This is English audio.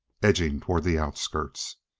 edging toward the outskirts.